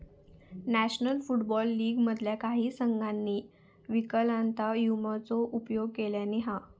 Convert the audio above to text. national Football League मधल्या काही संघांनी विकलांगता विम्याचो उपयोग केल्यानी हा